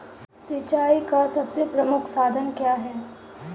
सिंचाई का सबसे प्रमुख साधन क्या है?